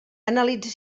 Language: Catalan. analitza